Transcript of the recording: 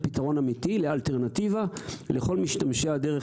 באמת פתרון אמיתי ואלטרנטיבה לכל משתמשי הדרך